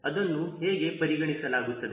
ಅದನ್ನು ಹೇಗೆ ಪರಿಗಣಿಸಲಾಗುತ್ತದೆ